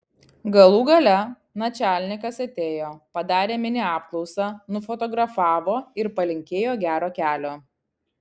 galų gale načialnikas atėjo padarė mini apklausą nufotografavo ir palinkėjo gero kelio